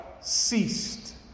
ceased